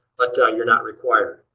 but you're not required.